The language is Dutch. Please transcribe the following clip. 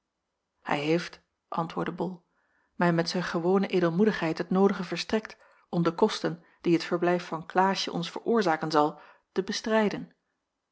hij heeft antwoordde bol mij met zijn gewone edelmoedigheid het noodige verstrekt om de kosten die het verblijf van klaasje ons veroorzaken zal te bestrijden